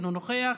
אינו נוכח,